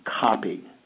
copy